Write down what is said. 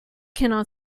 cannot